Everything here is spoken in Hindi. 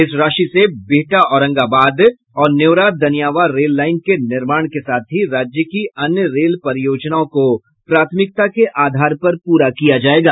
इस राशि से बिहटा औरंगाबाद और नेऊरा दनियावां रेल लाईन के निर्माण के साथ ही राज्य की अन्य रेल परियोजनाओं को प्राथमिकता के आधार पर पूरा किया जायेगा